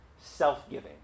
self-giving